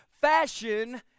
fashion